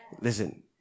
listen